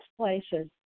places